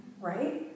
Right